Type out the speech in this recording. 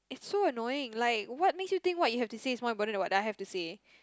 it's so annoying like what makes you think what you have to say is more important than what I have to say